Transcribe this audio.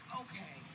okay